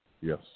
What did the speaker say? Yes